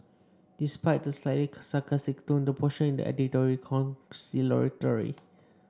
despite the slightly sarcastic tone the posture in the editorial was conciliatory